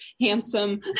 handsome